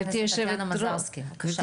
חברת הכנסת טטיאנה מזרסקי, בבקשה.